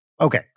Okay